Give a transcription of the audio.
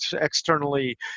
externally